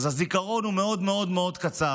אז הזיכרון הוא מאוד מאוד קצר.